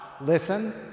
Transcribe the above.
listen